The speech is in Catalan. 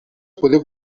podeu